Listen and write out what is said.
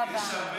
זה.